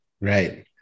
Right